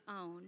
own